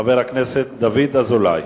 חבר הכנסת דוד אזולאי.